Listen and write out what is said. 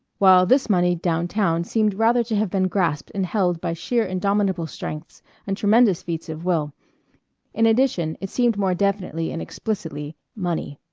while this money down-town seemed rather to have been grasped and held by sheer indomitable strengths and tremendous feats of will in addition, it seemed more definitely and explicitly money.